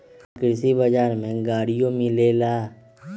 का कृषि बजार में गड़ियो मिलेला?